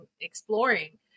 exploring